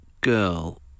girl